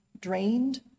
drained